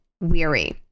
weary